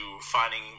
finding